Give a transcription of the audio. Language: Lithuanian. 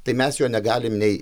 tai mes jo negalim nei